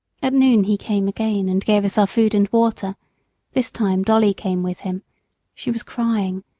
at noon he came again and gave us our food and water this time dolly came with him she was crying,